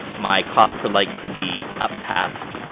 my cost per like could be up past,